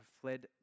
fled